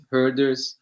Herders